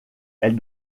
elle